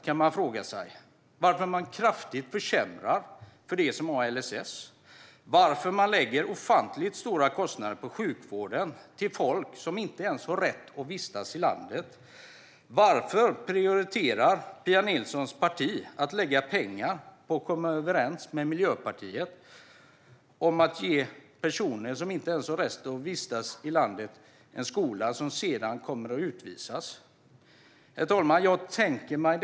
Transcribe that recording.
Då kan man fråga varför de kraftigt försämrar för dem som har LSS och varför de lägger ofantligt stora resurser på sjukvård till folk som inte ens har rätt att vistas i landet. Varför prioriterar Pia Nilssons parti att komma överens med Miljöpartiet om att lägga pengar på att ge personer som inte har rätt att vistas i landet, och som kommer att utvisas, rätt att gå i skolan?